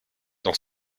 dans